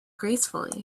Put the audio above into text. gracefully